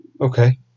Okay